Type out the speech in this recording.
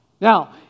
Now